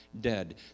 dead